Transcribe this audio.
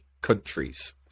countries